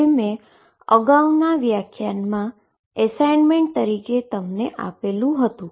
જે મે અગાઉના વ્યાખ્યાનમાં એસાઈનમેન્ટમા તમને આપેલું હતુ